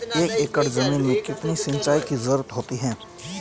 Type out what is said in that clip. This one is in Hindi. एक एकड़ ज़मीन में कितनी सिंचाई की ज़रुरत होती है?